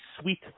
sweet